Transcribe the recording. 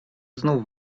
znów